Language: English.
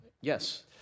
yes